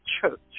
church